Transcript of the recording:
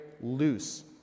loose